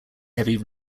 heavy